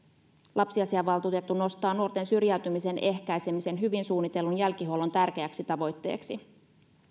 lapsiasiavaltuutettu nostaa nuorten syrjäytymisen ehkäisemisen hyvin suunnitellun jälkihuollon tärkeäksi tavoitteeksi